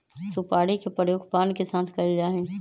सुपारी के प्रयोग पान के साथ कइल जा हई